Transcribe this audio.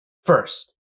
First